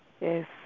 Yes